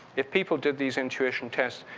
if people did these intuition tests,